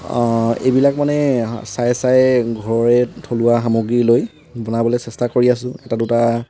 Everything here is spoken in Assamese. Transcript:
এইবিলাক মানে চাই চায়ে ঘৰৰে থলুৱা সামগ্ৰী লৈ বনাবলৈ চেষ্টা কৰি আছোঁ এটা দুটা